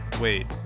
wait